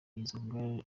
izo